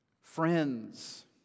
Friends